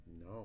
No